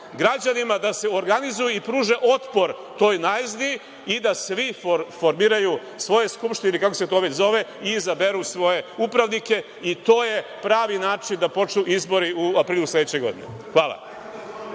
građanima da se organizuju i pruže otpor toj najezdi i da svi formiraju svoje skupštine, kako se to već zove, i izaberu svoje upravnike i to je pravi način da počnu izbori u aprilu sledeće godine. Hvala.